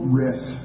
riff